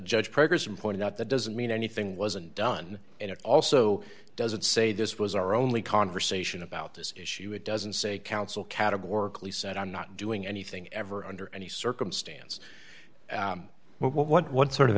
judge progress and pointed out that doesn't mean anything wasn't done and it also doesn't say this was our only conversation about this issue it doesn't say counsel categorically said i'm not doing anything ever under any circumstance but what what what sort of